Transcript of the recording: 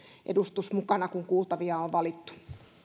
edustus mukana kun kuultavia on valittu